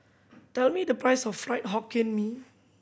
tell me the price of Fried Hokkien Mee